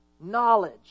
knowledge